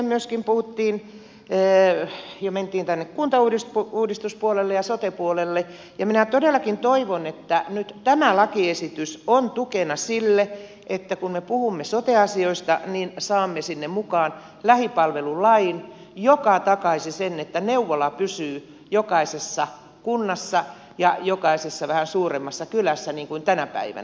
myöskin puhuttiin ja mentiin tänne kuntauudistuspuolelle ja sote puolelle ja minä todellakin toivon että nyt tämä lakiesitys on tukena sille että kun me puhumme sote asioista niin saamme sinne mukaan lähipalvelulain joka takaisi sen että neuvola pysyy jokaisessa kunnassa ja jokaisessa vähän suuremmassa kylässä niin kuin tänä päivänä